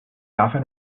often